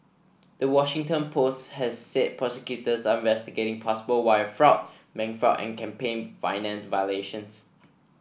the Washington Post has said prosecutors are investigating possible wire fraud bank fraud and campaign finance violations